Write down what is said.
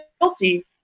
guilty